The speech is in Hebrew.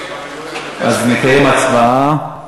אז נקיים הצבעה.